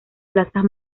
plazas